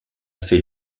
fait